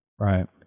Right